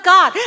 God